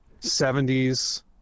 70s